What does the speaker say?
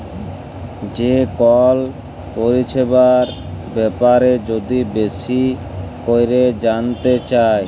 যে কল পরিছেবার ব্যাপারে যদি বেশি ক্যইরে জালতে চায়